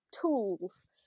tools